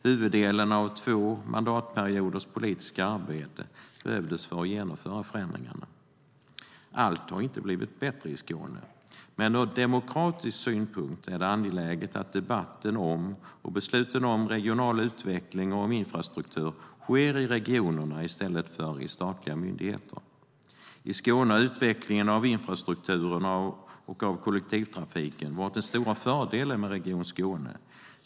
Huvuddelen av två mandatperioders politiska arbete behövdes för att genomföra förändringarna. Allt har inte blivit bättre i Skåne. Men ur demokratisk synpunkt är det angeläget att debatten och besluten om regional utveckling och om infrastruktur sker i regionerna i stället för i statliga myndigheter. I Skåne har utvecklingen av infrastrukturen och kollektivtrafiken varit den stora fördelen med Region Skåne.